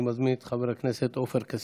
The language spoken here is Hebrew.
אני מזמין את חבר הכנסת עופר כסיף.